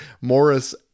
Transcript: Morris